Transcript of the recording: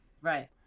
Right